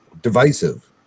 divisive